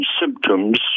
symptoms